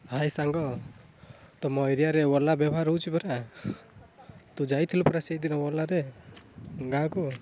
ହାଏ ସାଙ୍ଗ ତମ ଏରିଆରେ ଓଲା ବ୍ୟବହାର ହେଉଛି ପରା ତୁ ଯାଇଥିଲୁ ପରା ସେଇଦିନ ଓଲାରେ ଗାଁକୁ